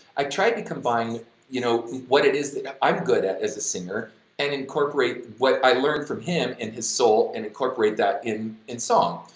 i tried to combine you know, what it is that i'm good at as a singer and incorporate what i learned from him in his soul and incorporate that in in song,